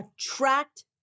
attract